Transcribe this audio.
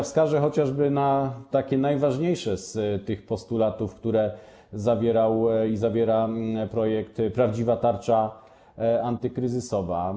Wskażę chociażby na najważniejsze z tych postulatów, które zawierał i zawiera projekt prawdziwej tarczy antykryzysowej.